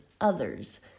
others